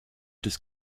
des